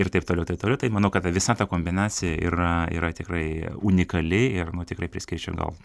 ir taip toliau taip toliau tai manau kad ta visa ta kombinacija yra yra tikrai unikali ir nu tikrai priskirčiau gal